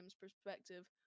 perspective